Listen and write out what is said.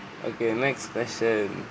okay next question